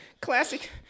classic